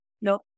no